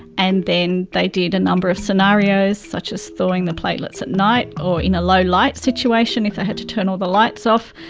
and then they did a number of scenarios such as thawing the platelets at night or in low light situation if they had to turn all the lights off.